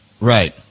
Right